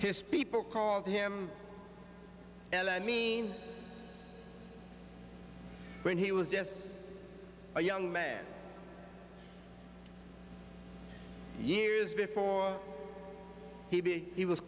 his people called him ellen mean when he was just a young man years before he be he was